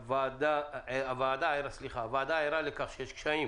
הוועדה ערה לכך שיש קשיים